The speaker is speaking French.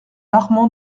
armand